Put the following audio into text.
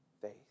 faith